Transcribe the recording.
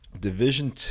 Division